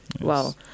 Wow